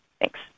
Thanks